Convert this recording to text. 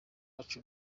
lynca